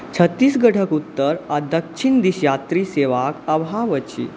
छत्तीसगढ़क उत्तर आ दक्षिण दिश यात्री सेवाक अभाव अछि